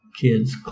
kids